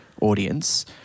audience